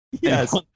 yes